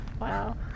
Wow